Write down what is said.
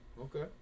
Okay